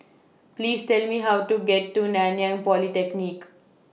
Please Tell Me How to get to Nanyang Polytechnic